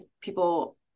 people